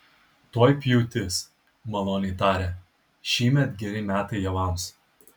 tuoj pjūtis maloniai tarė šįmet geri metai javams